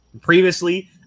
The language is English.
previously